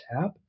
tap